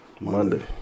Monday